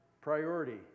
priority